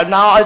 Now